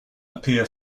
appear